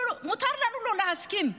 מותר לנו לא להסכים,